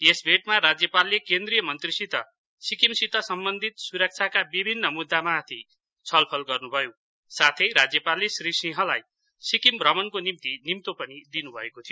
यसभेटमा राज्यपालले केन्द्रिय मन्त्रीसित सिक्किमसित सम्बन्धित सुरक्षाका विभिन्न मुद्दामा छलफल गर्नु भयो साथै राज्यपालले श्री सिंहलाई सिक्किम भ्रमणको निम्ति निम्तो पनि दिनु भएको थियो